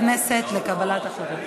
הדיון יועבר לוועדת הכנסת לקבלת החלטה.